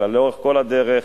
אלא לאורך כל הדרך,